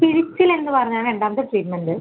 പിഴിച്ചിൽ എന്ന് പറഞ്ഞാൽ രണ്ടാമത്തെ ട്രീറ്റ്മെൻറ്